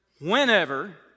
whenever